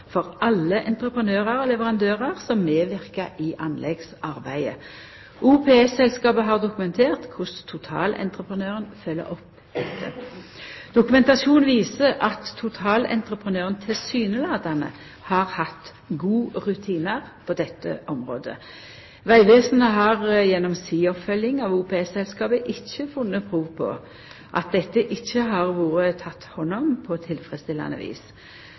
for alle entreprenørar og leverandørar som medverkar i anleggsarbeidet. OPS-selskapet har dokumentert korleis totalentreprenøren følgjer opp dette. Dokumentasjonen viser at totalentreprenøren tilsynelatande har hatt gode rutinar på dette området. Vegvesenet har gjennom si oppfølging av OPS-selskapet ikkje funne prov på at dette ikkje har vore teke hand om på tilfredsstillande vis.